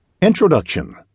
Introduction